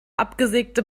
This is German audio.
abgesägte